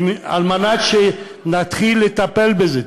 על מנת שנתחיל לטפל בזה.